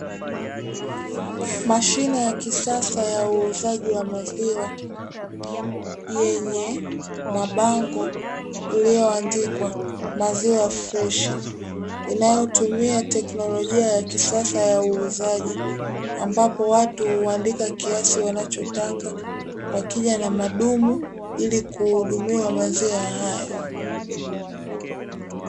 Mashine ya kisasa ya uuzaji wa maziwa yenye mabango yaliyoandikwa maziwa freshi, inayotumia tekinolojia ya kisasa ya uuzaji ambapo watu huandika kiasi wanachotaka wakija na madumu ili kuhudumiwa maziwa hayo.